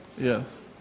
Yes